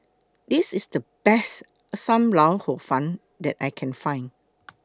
This IS The Best SAM Lau Hor Fun that I Can Find